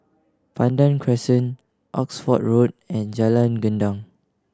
Pandan Crescent Oxford Road and Jalan Gendang